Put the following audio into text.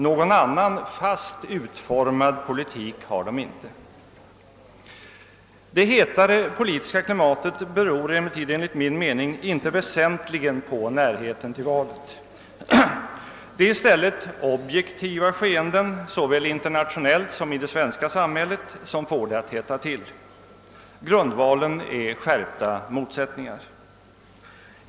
Någon annan fast utformad politik har de inte. Det hetare politiska klimatet beror emellertid enligt min mening inte väsentligen på närheten till valet. Det är i stället objektiva skeenden såväl internationellt som i det svenska samhället som får det att hetta till. Grundvalen är skärpta motsättningar.